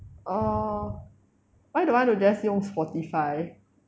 orh why don't want to just 用 Spotify